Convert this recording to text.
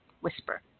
whisper